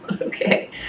Okay